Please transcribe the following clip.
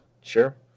Sure